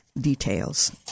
Details